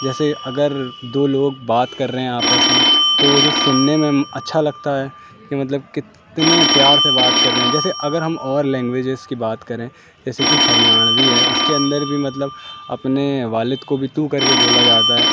جیسے اگر دو لوگ بات کر رہے ہیں آپس میں تو وہ جو سننے میں اچھا لگتا ہے کہ مطلب کتنے پیار سے بات کر رہے ہیں جیسے اگر ہم اور لینگویجز کی بات کریں جیسے کی ہریانوی ہے اس کے اندر بھی مطلب اپنے والد کو بھی تو کر کے بولا جاتا ہے